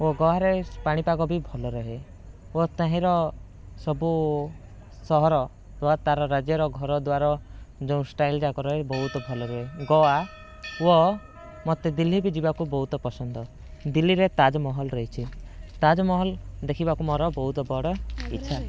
ଓ ଗୋଆରେ ପାଣିପାଗ ବି ଭଲ ରହେ ଓ ତହିଁର ସବୁ ସହର ଓ ତାର ରାଜ୍ୟର ଘର ଦ୍ୱାର ଯୋଉଁ ଷ୍ଟାଇଲ୍ ଯାକ ରହେ ବହୁତ ଭଲ ରୁହେ ଗୋଆ ଓ ମତେ ଦିଲ୍ଲୀ ବି ଯିବାକୁ ବହୁତ ପସନ୍ଦ ଦିଲ୍ଲୀରେ ତାଜମହଲ ରହିଛି ତାଜମହଲ ଦେଖିବାକୁ ମୋର ବହୁତ ବଡ଼ ଇଚ୍ଛା